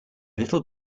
little